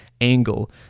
angle